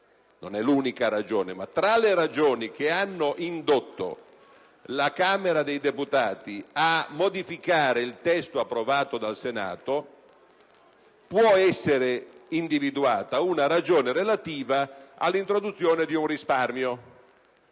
è evidente che tra le ragioni che hanno indotto la Camera dei deputati a modificare il testo approvato dal Senato, ne può essere individuata una relativa all'introduzione di un risparmio.